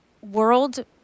world